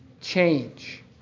change